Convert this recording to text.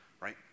right